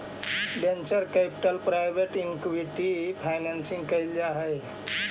venture capital private equity financing कैल जा हई